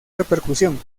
repercusión